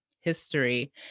history